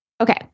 Okay